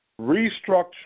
Restructure